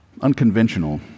unconventional